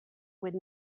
would